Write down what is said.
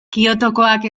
kyotokoak